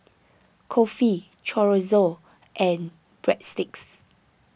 Kulfi Chorizo and Breadsticks